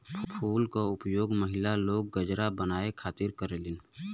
फूल के उपयोग महिला लोग गजरा बनावे खातिर करलीन